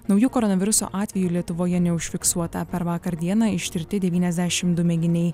naujų koronaviruso atvejų lietuvoje neužfiksuota per vakar dieną ištirti devyniasdešim du mėginiai